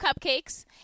cupcakes